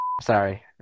Sorry